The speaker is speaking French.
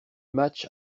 match